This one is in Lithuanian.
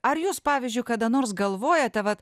ar jūs pavyzdžiui kada nors galvojate vat